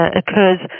occurs